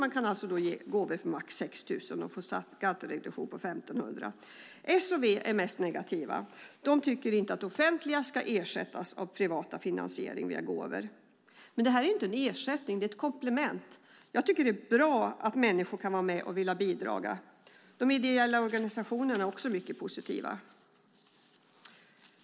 Man kan alltså ge gåvor för maximalt 6 000 kronor för att få en skattereduktion på 1 500 kronor. S och V är mest negativa. De tycker inte att det offentliga ska ersättas av privat finansiering genom gåvor. Men detta är inte en ersättning utan ett komplement. Jag tycker att det är bra att människor kan vara med och bidra. De ideella organisationerna är också mycket positiva.